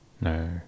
No